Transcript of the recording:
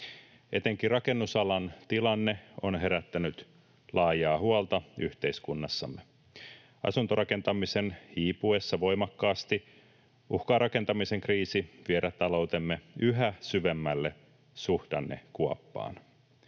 Etenkin rakennusalan tilanne on herättänyt laajaa huolta yhteiskunnassamme. Asuntorakentamisen hiipuessa voimakkaasti uhkaa rakentamisen kriisi viedä taloutemme yhä syvemmälle suhdannekuoppaan.